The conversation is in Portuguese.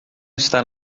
está